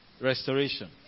Restoration